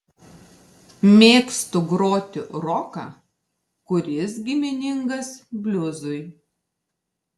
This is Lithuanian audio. mėgstu groti roką kuris giminingas bliuzui